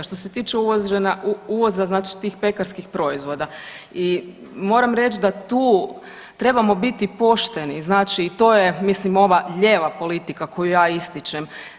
Što se tiče uvoza, znači tih pekarskih proizvoda moram reći da tu trebamo biti pošteni i znači to je mislim ova lijeva politika koju ja ističem.